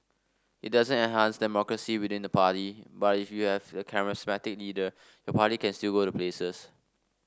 it doesn't enhance democracy within the party but if you have a charismatic leader your party can still go places